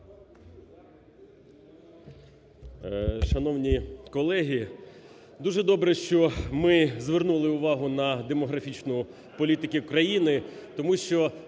добре, що ми звернули увагу на демографічну політику України, тому що